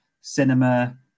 cinema